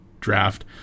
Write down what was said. draft